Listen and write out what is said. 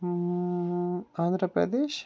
Andhra Pradesh